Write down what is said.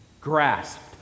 grasped